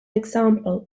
example